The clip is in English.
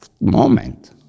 moment